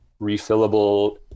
refillable